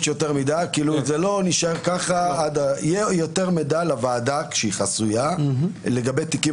יהיה יותר מידע לוועדה החסויה לגבי תיקים